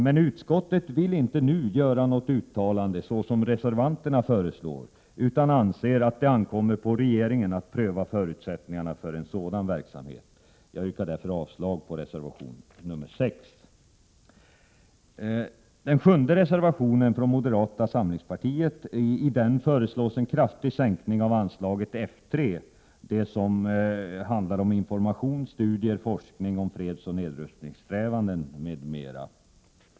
Men utskottet vill inte nu göra något sådant uttalande som reservanterna föreslår, utan anser att det ankommer på regeringen att pröva förutsättningarna för en sådan verksamhet. Jag yrkar därför avslag på reservation nr 6. I reservation nr 7 från moderata samlingspartiet föreslås en kraftig sänkning av anslaget F 3, som avser information, studier och forskning om fredsoch nedrustningssträvandena m.m.